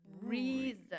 Reason